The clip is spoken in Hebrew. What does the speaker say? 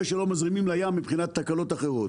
שלא מזרימים לים מבחינת תקלות אחרות.